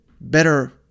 better